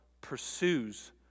pursues